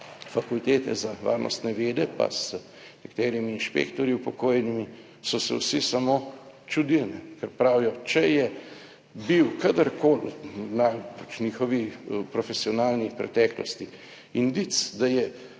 Fakultete za varnostne vede, pa z nekaterimi inšpektorji upokojenimi, so se vsi samo čudili, ker pravijo, če je bil kadarkoli na njihovi profesionalni preteklosti indic, da je